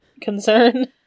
concern